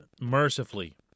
mercifully